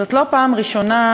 זאת לא פעם ראשונה,